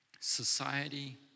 Society